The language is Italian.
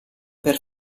per